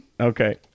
Okay